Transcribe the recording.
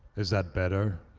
is that better?